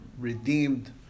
redeemed